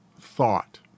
thought